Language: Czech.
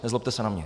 Nezlobte se na mě.